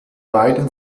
beiden